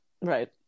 Right